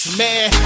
man